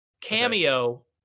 Cameo